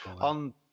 On